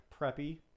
preppy